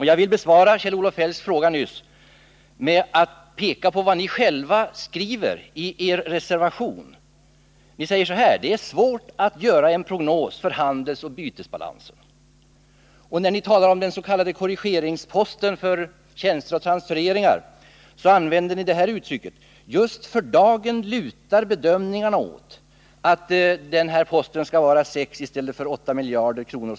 Jag vill besvara Kjell-Olof Feldts fråga nyss med att peka på att ni själva i reservation nr 1 skriver att det är svårt att göra en prognos för handelsoch bytesbalansen. När ni talar om den s.k. korrigeringsposten för tjänster och transfereringar skriver ni i reservationen: ”Just för dagen lutar bedömningarna åt att korrigeringsposten skall vara 6 och inte 8 miljarder kr.